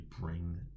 bring